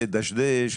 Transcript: לדשדש,